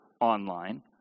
online